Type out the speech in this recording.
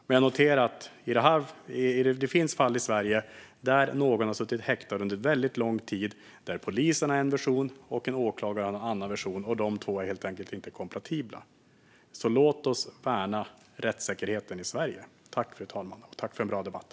Men jag noterar att det finns fall i Sverige där någon har suttit häktad under väldigt lång tid, när polisen har en version och åklagaren har en annan och de två versionerna helt enkelt inte är kompatibla. Låt oss värna rättssäkerheten i Sverige! Tack för en bra debatt!